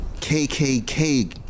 KKK